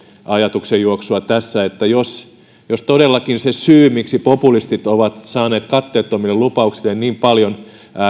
ajatuksenjuoksua tässä jos jos todellakin se syy miksi populistit ovat saaneet katteettomille lupauksille niin paljon